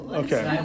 okay